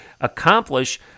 accomplish